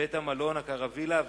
בית-המלון הקרווילה,